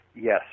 Yes